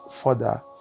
further